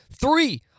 three